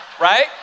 right